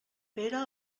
pere